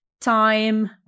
time